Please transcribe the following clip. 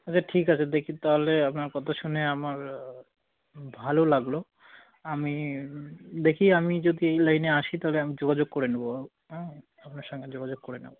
আচ্ছা ঠিক আছে দেখি তাহলে আপনার কথা শুনে আমার ভালো লাগল আমি দেখি আমি যদি এই লাইনে আসি তাহলে আমি যোগাযোগ করে নেব আপনার সঙ্গে যোগাযোগ করে নেব